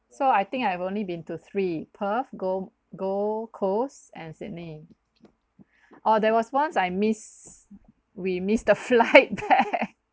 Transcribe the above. so I think I have only been to three perth go gold coast and sydney or there was once I miss we missed the flight back